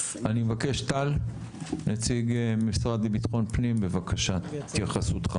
אני מבקש טל נציג משרד לביטחון פנים בבקשה התייחסותך.